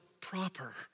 proper